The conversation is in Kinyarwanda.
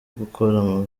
gukora